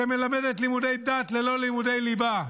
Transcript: שמלמדת לימודי דת ללא לימודי ליבה.